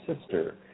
sister